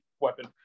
weapon